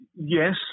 yes